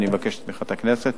אני מבקש את תמיכת הכנסת.